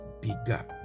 bigger